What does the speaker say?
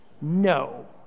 no